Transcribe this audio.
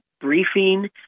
briefing